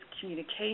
communication